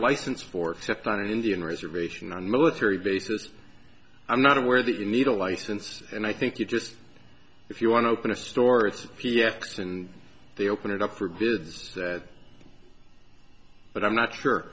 license for except on an indian reservation on military bases i'm not aware that you need a license and i think you just if you want to open a store it's p f s and they open it up for bids that but i'm not sure